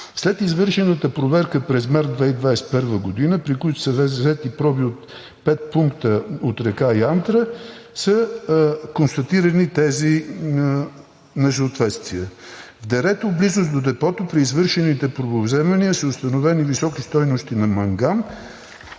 След извършената проверка през месец март 2021 г., при която са взети проби от пет пункта на река Янтра, са констатирани тези несъответствия. В дерето в близост до депото при извършените пробовземания са установени високи стойности на манган,